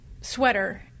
sweater